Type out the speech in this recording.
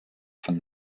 von